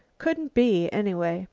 couldn't be, anyway